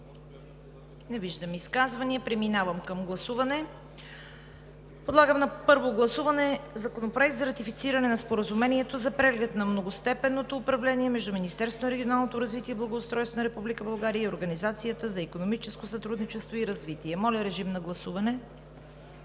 желаещи за изказвания. Преминаваме към гласуване. Подлагам на първо гласуване Законопроекта за ратифициране на Споразумението за преглед на многостепенното управление между Министерството на регионалното развитие и благоустройството на Република България и Организацията за икономическо сътрудничество и развитие. Гласували